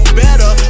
better